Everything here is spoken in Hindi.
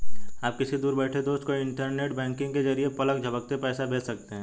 आप किसी दूर बैठे दोस्त को इन्टरनेट बैंकिंग के जरिये पलक झपकते पैसा भेज सकते हैं